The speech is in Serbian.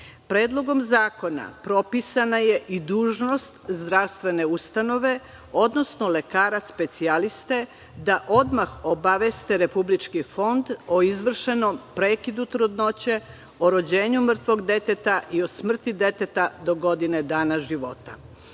Predlogom zakona propisana je i dužnost zdravstvene ustanove odnosno lekara specijaliste da odmah obaveste republički fond o izvršenom prekidu trudnoće, rođenju mrtvog deteta i o smrti deteta do godinu dana života.